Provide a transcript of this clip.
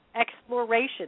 exploration